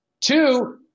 Two